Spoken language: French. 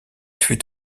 fut